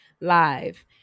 live